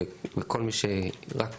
וכל מי שרק